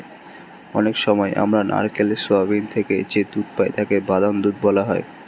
অনেক সময় আমরা নারকেল, সোয়াবিন থেকে যে দুধ পাই তাকে বাদাম দুধ বলা হয়